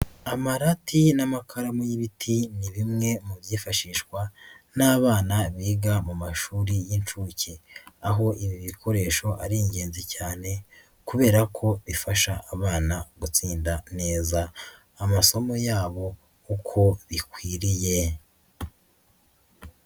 Amarati n'amakaramu y'ibiti ni bimwe mu byifashishwa n'abana biga mu mashuri y'inshuke, aho ibi bikoresho ari ingenzi cyane kubera ko bifasha abana gutsinda neza amasomo yabo uko bikwiriye.